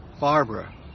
Barbara